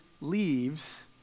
leaves